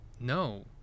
No